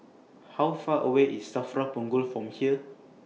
How Far away IS SAFRA Punggol from here